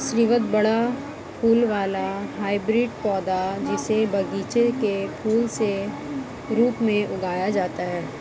स्रीवत बड़ा फूल वाला हाइब्रिड पौधा, जिसे बगीचे के फूल के रूप में उगाया जाता है